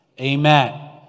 amen